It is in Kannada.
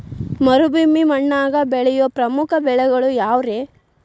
ಮರುಭೂಮಿ ಮಣ್ಣಾಗ ಬೆಳೆಯೋ ಪ್ರಮುಖ ಬೆಳೆಗಳು ಯಾವ್ರೇ?